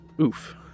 Oof